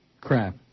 crap